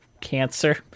cancer